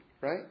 right